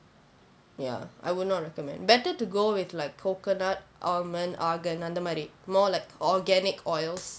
ya I would not recommend better to go with like coconut almond argan அந்த மாதிரி:antha maathiri more like organic oils